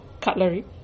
cutlery